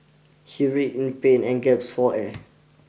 he writhed in pain and gasped for air